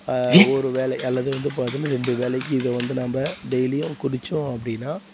ஒரு வேளை அல்லது வந்து பார்த்தின்னா ரெண்டு வேளைக்கு இதை வந்து நாம் டெய்லியும் குடித்தோம் அப்படின்னா